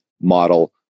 model